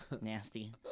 Nasty